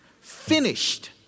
finished